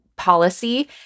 policy